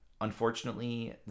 Unfortunately